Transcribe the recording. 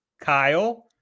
Kyle